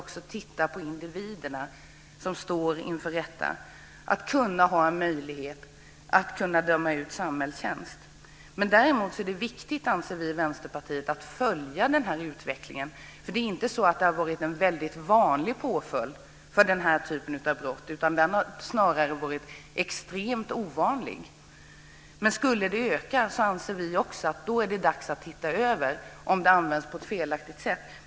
Man ska titta på individen som står inför rätta. Däremot är det viktigt, anser vi i Vänsterpartiet, att följa utvecklingen. Samhällstjänst har inte varit någon vanlig påföljd när det gäller denna typ av brott. Den har snarare varit extremt ovanlig. Skulle det få en annan omfattning anser vi att det är dags att se över om påföljden används på ett felaktigt sätt.